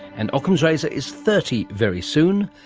and ockham's razor is thirty very soon,